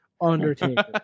Undertaker